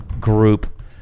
group